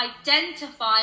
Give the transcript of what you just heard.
identify